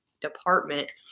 department